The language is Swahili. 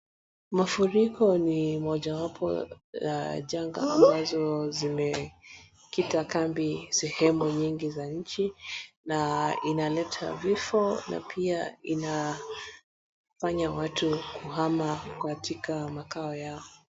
Mafuriko ni mojawapo ya janga ambazo zimekita kambi sehemu nyingi za nchi, na inaleta vifo na pia inafanya watu kuhama katika makao yao.